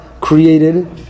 created